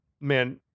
Man